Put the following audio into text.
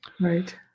Right